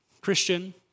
Christian